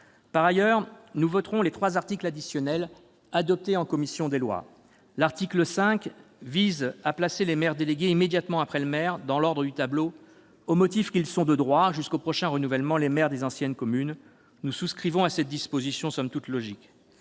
Par ailleurs, nous voterons les trois articles ajoutés par la commission des lois. L'article 5 vise à placer les maires délégués immédiatement après le maire dans l'ordre du tableau, au motif qu'ils sont de droit, jusqu'au prochain renouvellement, les maires des anciennes communes. Nous souscrivons à cette disposition, somme toute logique.